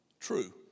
True